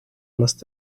must